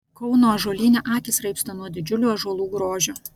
kauno ąžuolyne akys raibsta nuo didžiulių ąžuolų grožio